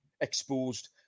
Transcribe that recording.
exposed